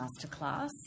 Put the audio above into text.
masterclass